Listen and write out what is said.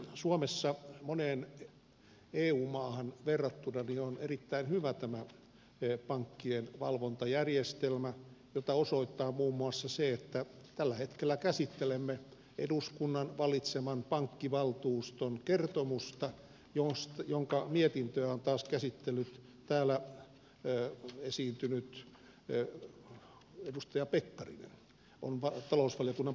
suomessa on moneen eu maahan verrattuna erittäin hyvä pankkien valvontajärjestelmä mitä osoittaa muun muassa se että tällä hetkellä käsittelemme eduskunnan valitseman pankkivaltuuston kertomusta jonka mietintöä on taas käsitellyt täällä esiintynyt edustaja pekkarinen talousvaliokunnan puheenjohtaja